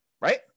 right